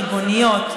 ריבוניות,